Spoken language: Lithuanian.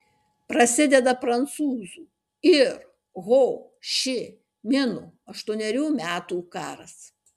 prasideda prancūzų ir ho ši mino aštuonerių metų karas